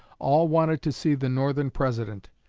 all wanted to see the northern president.